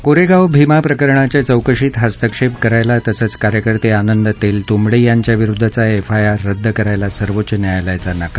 कोरेगाव भीमा प्रकरणाच्या चौकशीत हस्तक्षेप करायला तसंच कार्यकर्ते आनंद तेलतुंबडे यांच्याविरुद्धचा एफआयआर रद्द करायला सर्वोच्च् न्यायालयाचा नकार